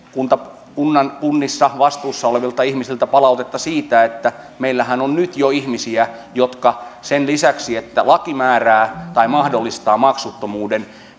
kunnissa vastuussa olevilta ihmisiltä palautetta siitä että meillähän on jo nyt ihmisiä joille sen lisäksi että laki määrää tai mahdollistaa maksuttomuuden